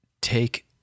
take